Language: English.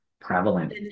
prevalent